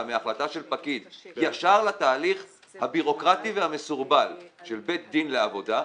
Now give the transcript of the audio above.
מהחלטה של פקיד ישר לתהליך הביורוקרטי והמסורבל של בית דין לעבודה,